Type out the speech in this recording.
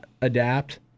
adapt